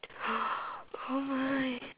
oh my